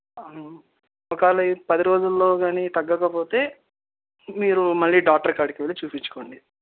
ఒకవేళ ఈ పది రోజుల్లో కానీ తగ్గకపోతే మీరు మళ్ళీ డాక్టర్కాడికి వెళ్ళి చూపించుకోండి